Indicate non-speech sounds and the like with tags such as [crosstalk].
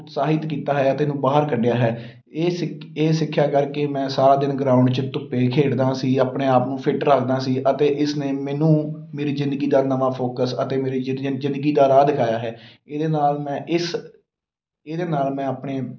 ਉਤਸ਼ਾਹਿਤ ਕੀਤਾ ਹੈ ਅਤੇ ਇਹਨੂੰ ਬਾਹਰ ਕੱਢਿਆ ਹੈ ਇਹ ਸਿਖ ਇਹ ਸਿੱਖਿਆ ਕਰਕੇ ਮੈਂ ਸਾਰਾ ਦਿਨ ਗਰਾਊਂਡ 'ਚ ਧੁੱਪੇ ਖੇਡਦਾ ਸੀ ਆਪਣੇ ਆਪ ਨੂੰ ਫਿੱਟ ਰੱਖਦਾ ਸੀ ਅਤੇ ਇਸਨੇ ਮੈਨੂੰ ਮੇਰੀ ਜ਼ਿੰਦਗੀ ਦਾ ਨਵਾਂ ਫੋਕਸ ਅਤੇ ਮੇਰੀ [unintelligible] ਜ਼ਿੰਦਗੀ ਦਾ ਰਾਹ ਦਿਖਾਇਆ ਹੈ ਇਹਦੇ ਨਾਲ਼ ਮੈਂ ਇਸ ਇਹਦੇ ਨਾਲ਼ ਮੈਂ ਆਪਣੇ